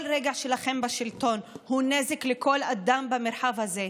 כל רגע שלכם בשלטון הוא נזק לכל אדם במרחב הזה,